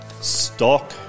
stock